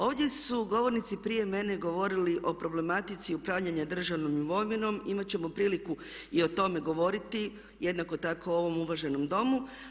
Ovdje su govornici prije mene govorili o problematici upravljanja državnom imovinom, imati ćemo priliku i o tome govoriti jednako tako u ovom uvaženom Domu.